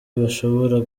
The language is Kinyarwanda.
bashobora